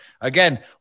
again